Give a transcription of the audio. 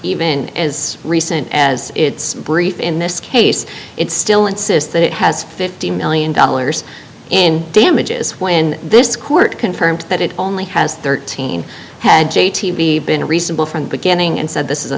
even as recent as it's brief in this case it's still insists that it has fifty million dollars in damages when this court confirmed that it only has thirteen had been reasonable from the beginning and said this is a